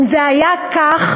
אם זה היה כך,